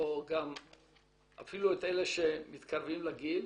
אפילו אלה שמתקרבים לגיל,